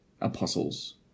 apostles